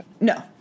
No